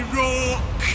rock